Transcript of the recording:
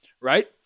right